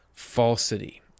Falsity